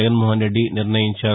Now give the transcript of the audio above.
జగన్మోహన్రెడ్డి నిర్ణయించారు